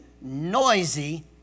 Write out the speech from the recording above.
noisy